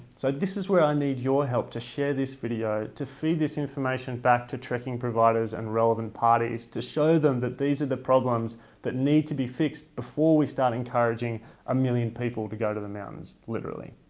so this is where i need your help to share this video to feed this information back to trekking providers and relevant parties to show them that these are the problems that need to be fixed before we start encouraging a million people to go to the mountains. literally.